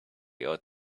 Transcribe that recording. ought